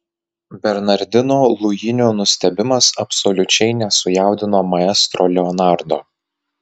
bernardino luinio nustebimas absoliučiai nesujaudino maestro leonardo